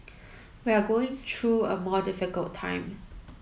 we are going through a more difficult time